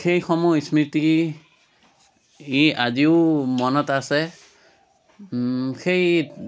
সেইসমূহ স্মৃতি ই আজিও মনত আছে সেই